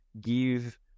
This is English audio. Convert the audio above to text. give